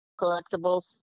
collectibles